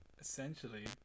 essentially